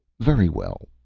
very well,